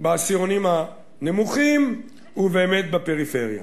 בעשירונים הנמוכים ובאמת בפריפריה.